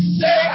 say